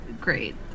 great